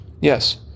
Yes